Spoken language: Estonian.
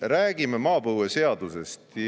räägime maapõueseadusest